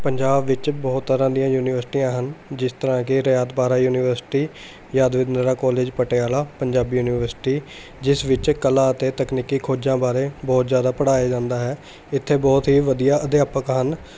ਪੰਜਾਬ ਵਿੱਚ ਬਹੁਤ ਤਰ੍ਹਾਂ ਦੀਆਂ ਯੂਨੀਵਰਸਿਟੀਆਂ ਹਨ ਜਿਸ ਤਰ੍ਹਾਂ ਕਿ Rayat Bahra university Yadavindra college Patiala Punjabi university ਜਿਸ ਵਿੱਚ ਕਲਾ ਅਤੇ ਤਕਨੀਕੀ ਖੋਜ਼ਾਂ ਬਾਰੇ ਬਹੁਤ ਜ਼ਿਆਦਾ ਪੜ੍ਹਾਇਆ ਜਾਂਦਾ ਹੈ ਇੱਥੇ ਬਹੁਤ ਹੀ ਵਧੀਆ ਅਧਿਆਪਕ ਹਨ